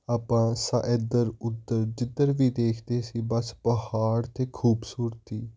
ਆਪਾਂ ਸਾ ਇੱਧਰ ਉੱਧਰ ਜਿੱਧਰ ਵੀ ਦੇਖਦੇ ਸੀ ਬਸ ਪਹਾੜ ਅਤੇ ਖੂਬਸੂਰਤੀ